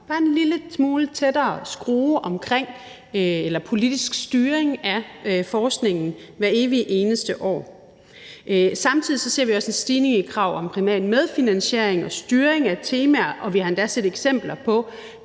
bare en lille smule strammere på forskningen – en politisk styring – hvert evigt eneste år. Samtidig ser vi også en stigning i krav om privat medfinansiering og styring af temaer, og vi har endda set eksempler på